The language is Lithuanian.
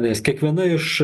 nes kiekviena iš